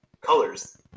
colors